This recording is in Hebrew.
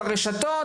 ברשתות,